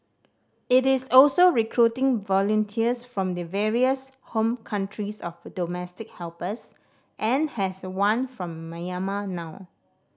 it is also recruiting volunteers from the various home countries of domestic helpers and has one from Myanmar now